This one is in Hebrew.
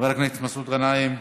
חבר הכנסת מסעוד גנאים,